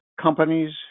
companies